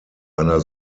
einer